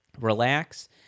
relax